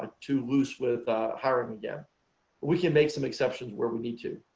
too loose with hiring. again we can make some exceptions where we need to.